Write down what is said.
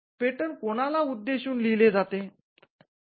patent कोणाला उद्देशून लिहिले जाते